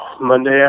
Monday